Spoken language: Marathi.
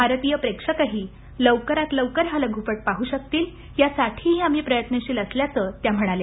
भारतीय प्रेक्षकही लवकरात लवकर हा लघुपट पाहू शकतील यासाठीही आम्ही प्रयत्नशील असल्याचं त्या म्हणाल्या